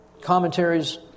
commentaries